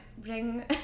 bring